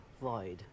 void